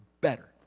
better